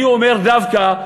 אני אומר דווקא,